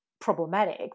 problematic